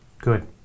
Good